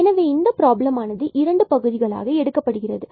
எனவே இந்த பிராபலமானது இரண்டு பகுதிகளாக எடுக்கப்படுகிறது